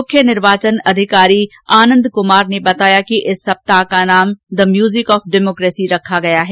मुख्य निर्वाचन अधिकारी आनन्द कुमार ने बताया कि इस सप्ताह का नाम द म्यूजिक ऑफ डेमोकेसी रखा गया है